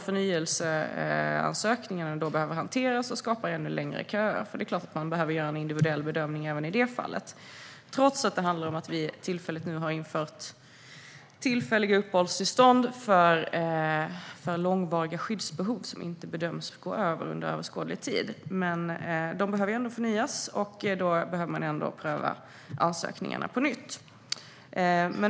Förnyelseansökningarna behöver hanteras och skapar ännu längre köer, för man behöver göra en individuell bedömning även av förnyelseansökningarna. Trots att vi har infört tillfälliga uppehållstillstånd för långvariga skyddsbehov som inte bedöms gå över under överskådlig tid behöver de ändå förnyas, och då behöver man pröva ansökningarna på nytt.